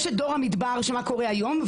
יש את דור המדבר של מה קורה היום,